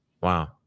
Wow